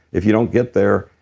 if you don't get there,